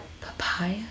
papaya